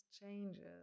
changes